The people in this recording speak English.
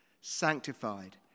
sanctified